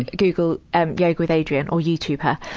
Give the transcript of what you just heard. and google and yoga with adriene, or youtube her.